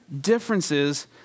differences